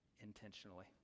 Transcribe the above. intentionally